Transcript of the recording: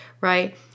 right